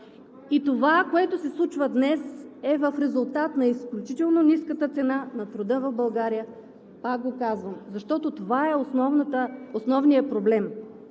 Това, което се случва днес, е в резултат на изключително ниската цена на труда в България. Пак Ви казвам, това е основният проблем.